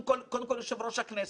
הוצאנו אותך מדעתך.